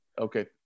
Okay